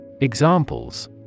Examples